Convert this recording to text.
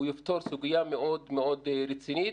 הוא יפתור סוגיה מאוד מאוד רצינית,